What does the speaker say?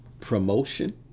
promotion